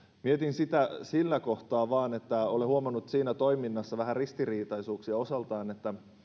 sitä sillä kohtaan vain että olen huomannut siinä toiminnassa vähän ristiriitaisuuksia osaltaan